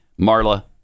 Marla